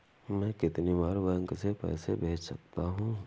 मैं कितनी बार बैंक से पैसे भेज सकता हूँ?